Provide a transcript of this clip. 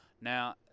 Now